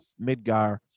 Midgar